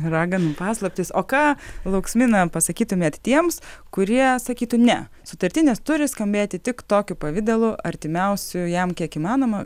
raganų paslaptys o ką lauksmina pasakytumėt tiems kurie sakytų ne sutartinės turi skambėti tik tokiu pavidalu artimiausiu jam kiek įmanoma